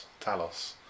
Talos